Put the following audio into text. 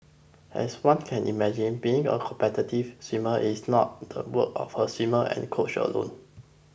as one can imagine being a competitive swimmer is not the work of the swimmer and coach alone